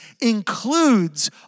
includes